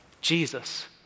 Jesus